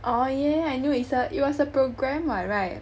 oh yeah yeah I knew it's a it was a program [what] right